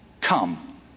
come